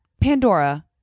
Pandora